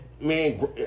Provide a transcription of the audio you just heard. man